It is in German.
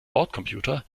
bordcomputer